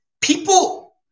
people